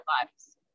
lives